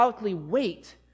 wait